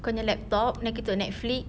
kau punya laptop then kita tengok netflix